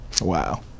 Wow